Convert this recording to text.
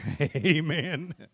Amen